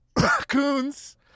Raccoons